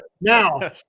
Now